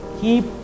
keep